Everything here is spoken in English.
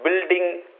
building